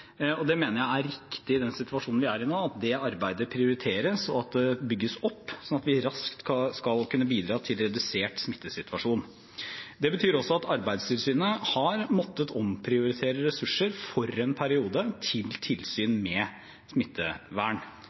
Det mener jeg er riktig i den situasjonen vi er i nå – at det arbeidet prioriteres og bygges opp, slik at vi raskt skal kunne bidra til en redusert smittesituasjon. Det betyr også at Arbeidstilsynet har måttet omprioritere ressurser for en periode, til tilsyn med smittevern.